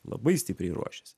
labai stipriai ruošėsi